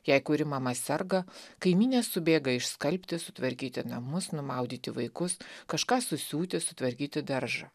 jei kuri mama serga kaimynės subėga išskalbti sutvarkyti namus numaudyti vaikus kažką susiūti sutvarkyti daržą